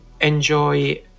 enjoy